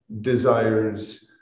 desires